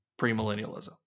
premillennialism